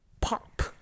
pop